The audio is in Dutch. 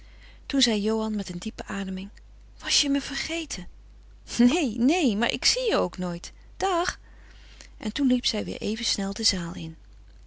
toen zei johan met een diepe ademing was je mij vergeten nee nee maar ik zie je ook nooit dag en toen liep zij weer even snel de zaal in